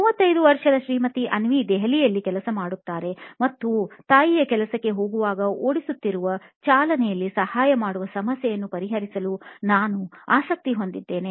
35 ವರ್ಷದ ಶ್ರೀಮತಿ ಅವ್ನಿ ದೆಹಲಿಯಲ್ಲಿ ಕೆಲಸ ಮಾಡುತ್ತಾರೆ ಮತ್ತು ಒಬ್ಬ ತಾಯಿ ಕೆಲಸಕ್ಕೆ ಹೋಗುವಾಗ ಓಡಿಸುತ್ತಿರುವ ಚಾಲನೆಯಲ್ಲಿ ಸಹಾಯ ಮಾಡಲು ಸಮಸ್ಯೆಯನ್ನು ಪರಿಹರಿಸಲು ನಾನು ಆಸಕ್ತಿ ಹೊಂದಿದ್ದೇನೆ